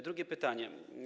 Drugie pytanie.